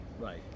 Right